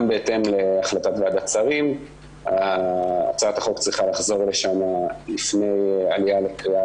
בהתאם להחלטת ועדת שרים הצעת החוק צריכה לחזור לשם לפני עליה לקריאה